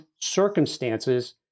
circumstances